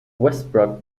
westbrook